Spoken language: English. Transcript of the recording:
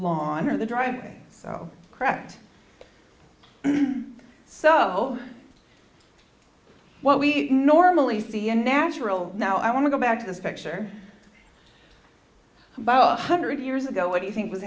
lawn or the driveway so correct so what we normally see in natural now i want to go back to this picture but hundred years ago what do you think was